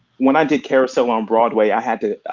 when i did carousel on broadway, i had to